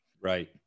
Right